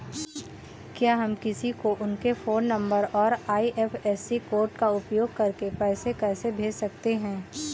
क्या हम किसी को उनके फोन नंबर और आई.एफ.एस.सी कोड का उपयोग करके पैसे कैसे भेज सकते हैं?